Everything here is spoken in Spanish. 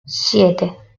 siete